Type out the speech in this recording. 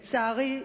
לצערי,